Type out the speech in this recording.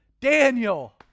Daniel